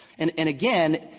and and, again,